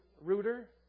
ruder